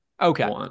okay